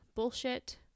Bullshit